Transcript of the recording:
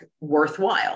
worthwhile